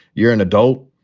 you're an adult.